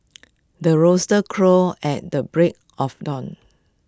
the rooster crows at the break of dawn